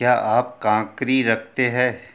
क्या आप काँक्री रखते हैं